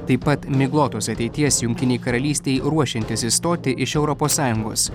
taip pat miglotos ateities jungtinei karalystei ruošiantis išstoti iš europos sąjungos